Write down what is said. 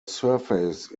surface